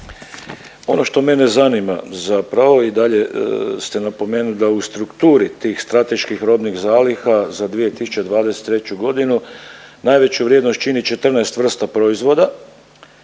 Ono što mene zanima zapravo i dalje ste napomenuli da u strukturi tih strateških robnih zaliha za 2023. godinu najveću vrijednost čini 14 vrsta proizvoda,